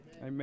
Amen